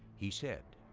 he said,